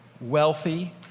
wealthy